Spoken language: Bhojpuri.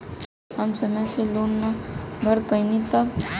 हम समय से लोन ना भर पईनी तब?